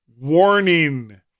warning